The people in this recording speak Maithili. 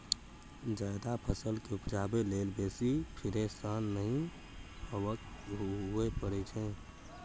जायद फसल केँ उपजाबै लेल बेसी फिरेशान नहि हुअए परै छै